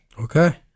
Okay